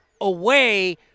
away